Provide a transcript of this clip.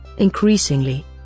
Increasingly